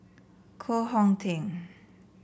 Koh Hong Teng